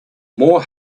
more